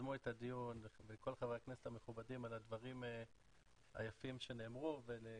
שיזמו את הדיון וכל חברי הכנסת המכובדים על הדברים היפים שנאמרו ולקרין,